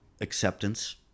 Acceptance